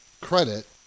credit